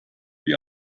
wie